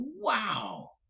Wow